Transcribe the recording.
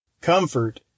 comfort